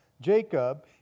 Jacob